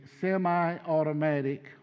semi-automatic